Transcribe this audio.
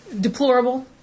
deplorable